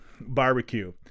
barbecue